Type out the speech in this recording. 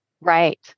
Right